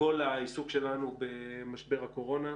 כל העיסוק שלנו במשבר הקורונה.